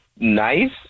Nice